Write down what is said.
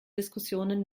diskussionen